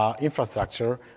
infrastructure